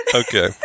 okay